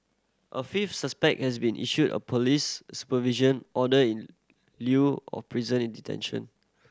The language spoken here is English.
a fifth suspect has been issued a police supervision order in lieu of prison detention